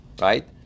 right